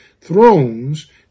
thrones